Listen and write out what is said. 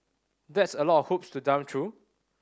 that's a lot of hoops to jump through